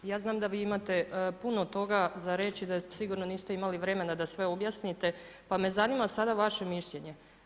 Ja znam da vi imate puno toga za reći, da sigurno niste imali vremena da sve objasnite, pa me zanima sada vaše mišljenje.